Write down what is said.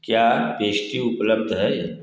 क्या पेस्ट्री उपलब्ध है